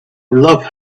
love